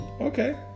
Okay